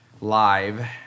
live